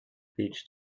beach